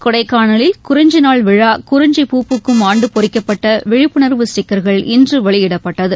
கொடைக்கானலில் குறிஞ்சி நாள் விழா குறிஞ்சி பூக்கும் ஆண்டு பொறிக்கப்பட்ட விழிப்புணர்வு ஸ்டிக்கர்கள் இன்று வெளியிடப்பட்டது